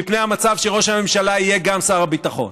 מפני המצב שראש הממשלה יהיה גם שר הביטחון.